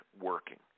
working